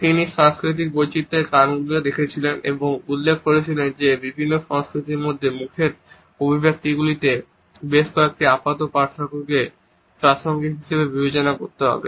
তিনি সাংস্কৃতিক বৈচিত্র্যের কারণগুলিও দেখেছিলেন এবং উল্লেখ করেছিলেন যে বিভিন্ন সংস্কৃতির মধ্যে মুখের অভিব্যক্তিতে বেশ কয়েকটি আপাত পার্থক্যকে প্রাসঙ্গিক হিসাবে বিবেচনা করতে হবে